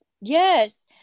Yes